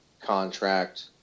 contract